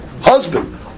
husband